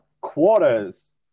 quarters